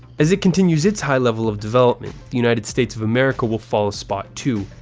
as it continues its high level of development united states of america will fall a spot too,